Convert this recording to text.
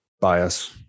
bias